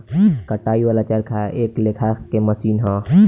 कताई वाला चरखा एक लेखा के मशीन ह